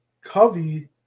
Covey